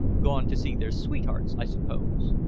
gone to see their sweethearts, i suppose.